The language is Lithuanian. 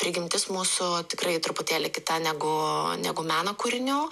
prigimtis mūsų tikrai truputėlį kita negu negu meno kūrinių